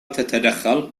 تتدخل